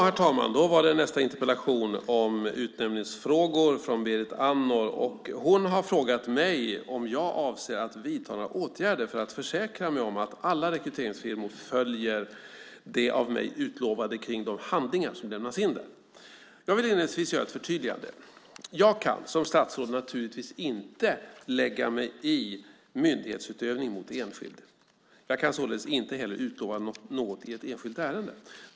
Herr talman! Då var det nästa interpellation, om utnämningsfrågor, från Berit Andnor. Hon har frågat mig om jag avser att vidta några åtgärder för att försäkra mig om att alla rekryteringsfirmor följer det av mig utlovade kring de handlingar som lämnas in där. Jag vill inledningsvis göra ett förtydligande. Jag kan, som statsråd, naturligtvis inte lägga mig i myndighetsutövning mot enskild. Jag kan således inte heller utlova något i ett enskilt ärende.